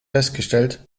festgestellt